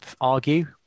argue